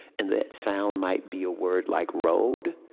and that sound might be a word, like road,